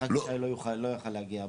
יצחק ישי לא יכל להגיע הבוקר.